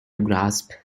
grasp